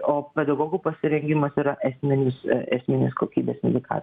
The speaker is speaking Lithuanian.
o pedagogų pasirengimas yra esminis esminis kokybės indika